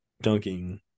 dunking